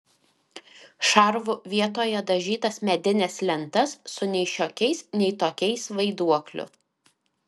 šarvu vietoje dažytas medines lentas su nei šiokiais nei tokiais vaiduokliu